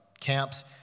camps